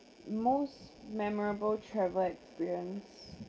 most memorable travel experience